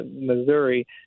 Missouri